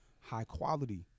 high-quality